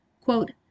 quote